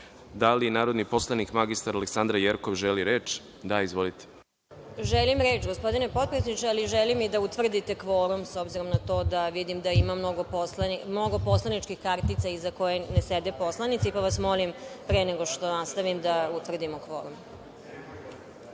li narodni poslanik mr Aleksandra Jerkov želi reč? (Da)Izvolite. **Aleksandra Jerkov** Želim reč, gospodine potpredsedniče, ali želim i da utvrdite kvorum, s obzirom na to da vidim da ima mnogo poslaničkih kartica iza kojih ne sede poslanici, pa vas molim, pre nego što nastavim, da utvrdimo kvorum.